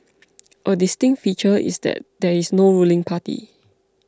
a distinct feature is that there is no ruling party